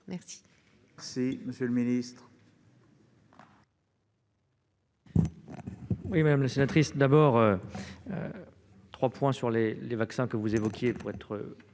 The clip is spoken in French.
Merci